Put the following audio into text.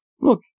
look